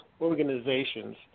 organizations